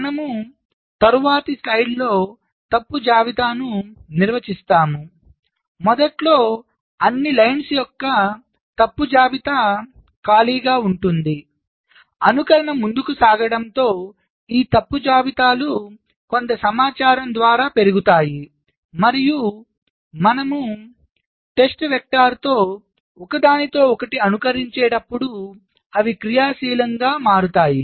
మనము తరువాతి స్లైడ్లో తప్పు జాబితాను నిర్వచిస్తాము మొదట్లో అన్ని పంక్తుల యొక్క తప్పు జాబితా ఖాళీగా ఉంటుందిఅనుకరణ ముందుకు సాగడంతో ఈ తప్పు జాబితాలు కొంత సమాచారం ద్వారా పెరుగుతాయి మరియు మనము పరీక్ష వెక్టర్స్తో ఒకదానితో ఒకటి అనుకరించేటప్పుడు అవి క్రియాశీలంగా మారుతాయి